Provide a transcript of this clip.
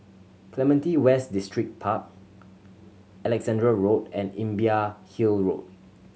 Clementi West Distripark Alexandra Road and Imbiah Hill Road